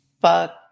fuck